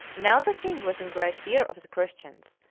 now the king was in great fear of the christians,